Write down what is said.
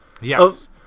yes